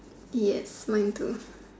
yes mine too